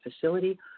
facility